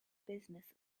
business